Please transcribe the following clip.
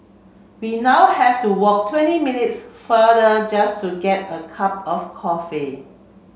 we now have to walk twenty minutes farther just to get a cup of coffee